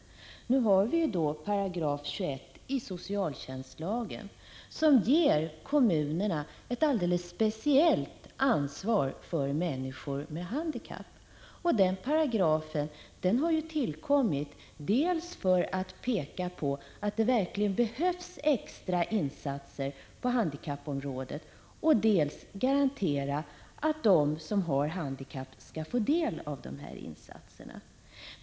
Nu har vi 21 § i socialtjänstlagen som ger kommunerna ett alldeles speciellt ansvar för människor med handikapp. Den paragrafen har tillkommit för att man dels vill peka på att det verkligen behövs extra insatser på handikappområdet, dels vill garantera att de som har handikapp skall få del av dessa insatser.